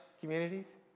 Communities